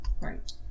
right